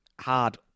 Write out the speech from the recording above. hard